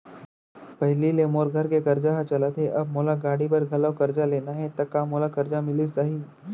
पहिली ले मोर घर के करजा ह चलत हे, अब मोला गाड़ी बर घलव करजा लेना हे ता का मोला करजा मिलिस जाही?